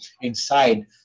inside